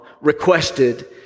requested